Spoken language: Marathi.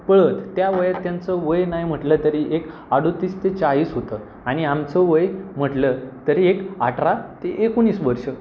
पळत त्या वयात त्यांचं वय नाही म्हटलं तरी एक अडतीस ते चाळीस होतं आणि आमचं वय म्हटलं तरी एक अठरा ते एकोणीस वर्ष